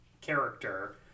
character